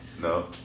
no